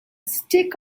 stick